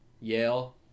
Yale